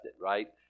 right